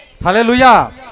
Hallelujah